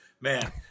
Man